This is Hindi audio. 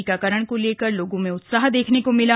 टीकाकरण को लेकर लोगों में उत्साह देखने को मिला